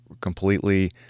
completely